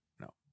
No